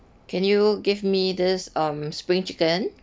can you give me this um spring chicken